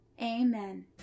amen